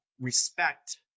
respect